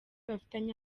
bafitanye